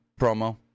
promo